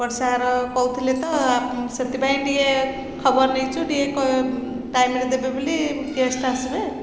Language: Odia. ବର୍ଷାାର କହୁଥିଲେ ତ ସେଥିପାଇଁ ଟିକେ ଖବର ନେଇଛୁ ଟିକେ ଟାଇମ୍ରେ ଦେବେ ବୋଲି ଗେଷ୍ଟ୍ ଆସିବେ